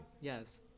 Yes